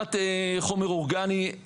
הפרדת חומר אורגני.